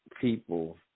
people